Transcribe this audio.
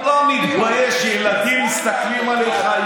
אתה לא מתבייש שילדים מסתכלים עליך,